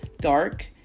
dark